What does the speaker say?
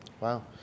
Wow